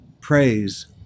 Praise